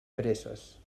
presses